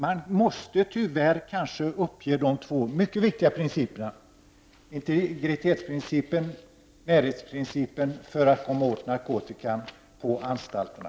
Man måste tyvärr kanske uppge de två mycket viktiga principerna, integritetsprincipen och närhetsprincipen, för att komma åt narkotikan på anstalterna.